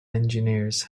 engineers